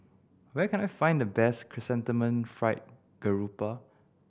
where can I find the best Chrysanthemum Fried Grouper